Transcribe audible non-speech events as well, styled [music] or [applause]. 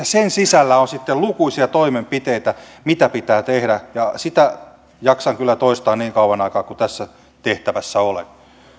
[unintelligible] sen sisällä on sitten lukuisia toimenpiteitä mitä pitää tehdä ja sitä jaksan kyllä toistaa niin kauan aikaa kuin tässä tehtävässä olen